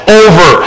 over